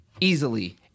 Easily